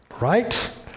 Right